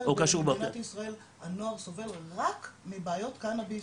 או קשור --- במדינת ישראל הנוער סובל רק מבעיות קנאביס?